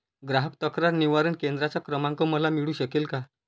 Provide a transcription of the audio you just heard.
ग्राहक तक्रार निवारण केंद्राचा क्रमांक मला मिळू शकेल का?